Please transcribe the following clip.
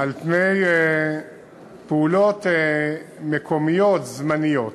על פעולות מקומיות זמניות.